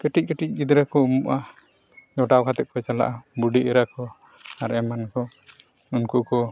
ᱠᱟᱹᱴᱤᱡ ᱠᱟᱹᱴᱤᱡ ᱜᱤᱫᱽᱨᱟᱹ ᱠᱚ ᱩᱢᱩᱜᱼᱟ ᱡᱚᱴᱟᱣ ᱠᱟᱛᱮᱫ ᱠᱚ ᱪᱟᱞᱟᱜᱼᱟ ᱵᱩᱰᱦᱤ ᱮᱨᱟ ᱠᱚ ᱟᱨ ᱮᱢᱟᱱ ᱠᱚ ᱩᱱᱠᱩ ᱠᱚ